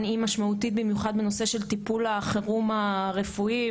היא משמעותית במיוחד בנושא של טיפול החירום הרפואי,